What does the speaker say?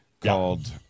called